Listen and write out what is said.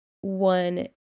one